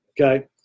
Okay